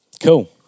Cool